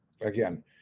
Again